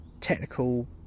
technical